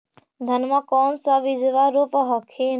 धनमा कौन सा बिजबा रोप हखिन?